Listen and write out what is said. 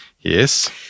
Yes